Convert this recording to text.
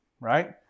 Right